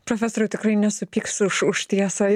profesoriau tikrai nesupyks už už tiesą